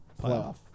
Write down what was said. playoff